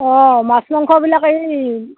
অ মাছ মাংসবিলাক এই